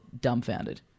dumbfounded